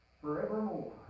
forevermore